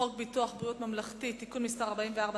חוק ביטוח בריאות ממלכתי (תיקון מס' 44),